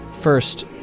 First